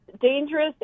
dangerous